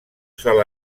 sol